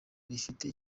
rifite